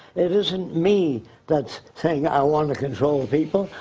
it isn't me that's saying i wanna control people.